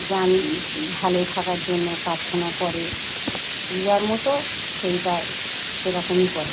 যান ভালো থাকার জন্য প্রার্থনা করে যে যার মতো সেই তার সেরকমই করে